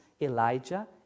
Elijah